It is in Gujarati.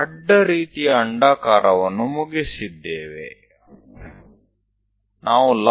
તો આપણે આડા પ્રકારના ઉપવલય સાથે પૂરું કર્યું